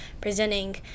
presenting